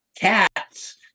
cats